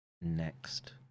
next